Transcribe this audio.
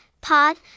pod